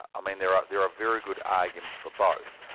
i mean there are there are very good arguments for both.